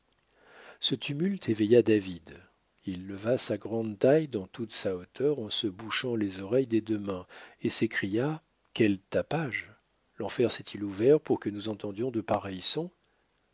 ce tumulte éveilla david il leva sa grande taille dans toute sa hauteur en se bouchant les oreilles des deux mains et s'écria quel tapage l'enfer s'est-il ouvert pour que nous entendions de pareils